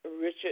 Richard